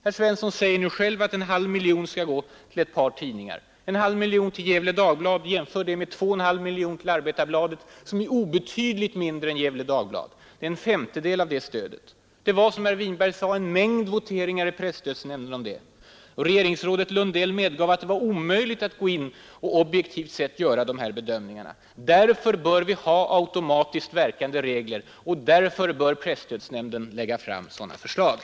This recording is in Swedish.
Herr Svensson i Eskilstuna säger själv att 0,5 miljoner kronor skall gå till ett par tidningar. Jämför de 0,5 miljoner kronor som Gefle Dagblad får med de 2,5 miljoner kronor som Arbetarbladet får. Fastän Gefle Dagblad bara är obetydligt större än Arbetarbladet, får det endast en femtedel av det stöd som Arbetarbladet får. Det förekom, som herr Winberg sade, en mängd voteringar i presstödsnämnden om detta. Regeringsrådet Lundell medgav att det var omöjligt att objektivt göra stödjande ändamål sådana här bedömningar. Därför bör vi ha atomatiskt verkande regler och därför bör presstödsnämnden lägga fram sådana förslag.